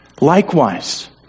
Likewise